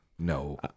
No